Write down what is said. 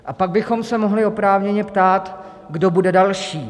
A pak bychom se mohli oprávněně ptát, kdo bude další.